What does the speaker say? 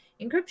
Encryption